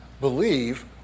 believe